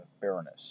Baroness